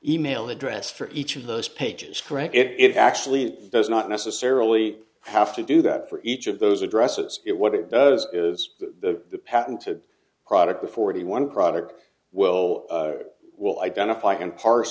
e mail address for each of those pages correct if it actually does not necessarily have to do that for each of those addresses it what it does is the patented product of forty one product well will identify and par